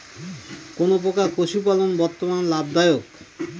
কোন প্রকার পশুপালন বর্তমান লাভ দায়ক?